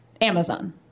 Amazon